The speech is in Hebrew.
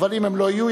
אבל אם הם לא יהיו,